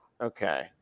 okay